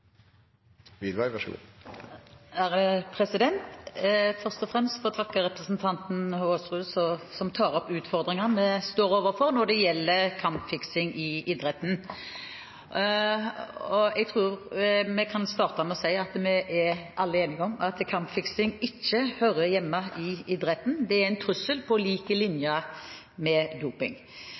tar opp utfordringene vi står overfor når det gjelder kampfiksing i idretten. Jeg tror vi kan starte med å si at vi alle er enige om at kampfiksing ikke hører hjemme i idretten. Det er en trussel på lik linje med doping.